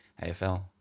AFL